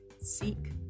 seek